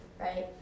right